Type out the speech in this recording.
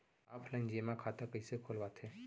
Offline जेमा खाता कइसे खोलवाथे?